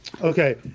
Okay